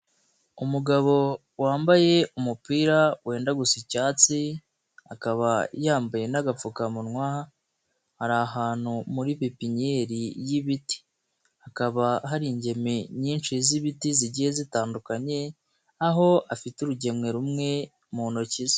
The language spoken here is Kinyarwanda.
Umugabo wambaye umupira wenda gusa icyatsi, akaba yambaye n'agapfukamunwa ari ahantu muri pipiniyeri y'ibiti, hakaba hari ingemwe nyinshi z'ibiti zigiye zitandukanye aho afite urugemwe rumwe mu ntoki ze.